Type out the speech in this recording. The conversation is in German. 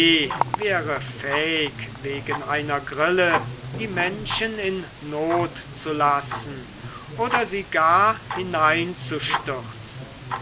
wegen einer grille die menschen in not zu lassen oder sie gar hineinzustürzen